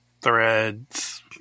Threads